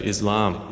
Islam